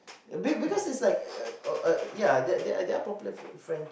be~ because it's like uh uh ya there there are popular friend